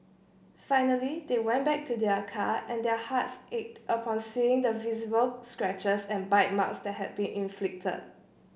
finally they went back to their car and their hearts ached upon seeing the visible scratches and bite marks that had been inflicted